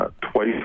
twice